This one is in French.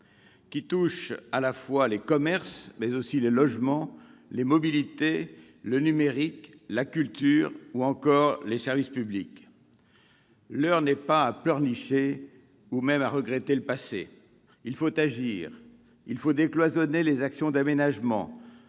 qui touche à la fois les commerces, les logements, les mobilités, le numérique, la culture ou encore les services publics. L'heure n'est plus à la pleurnicherie ni à la nostalgie. Il faut agir, décloisonner les actions d'aménagement,